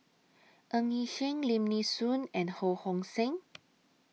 Ng Yi Sheng Lim Nee Soon and Ho Hong Sing